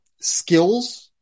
skills